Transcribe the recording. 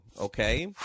okay